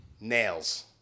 Nails